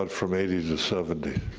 but from eighty to seventy?